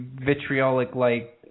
vitriolic-like